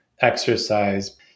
exercise